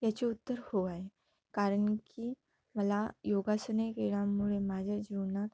याचे उत्तर हो आहे कारण की मला योगासने केल्यामुळे माझ्या जीवनात